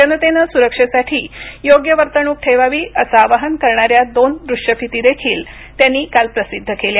जनतेनं सुरक्षेसाठी योग्य वर्तणूक ठेवावी असं आवाहन करणाऱ्या दोन दृष्यफिती देखील त्यांनी काल प्रसिद्ध केल्या